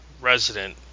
resident